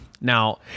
Now